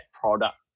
product